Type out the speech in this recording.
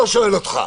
בסדר,